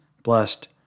blessed